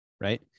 Right